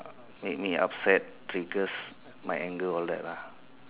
make me upset triggers my anger all that lah